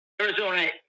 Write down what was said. Arizona